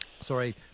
Sorry